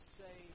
say